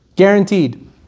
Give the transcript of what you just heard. Guaranteed